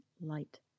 light